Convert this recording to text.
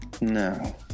No